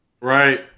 Right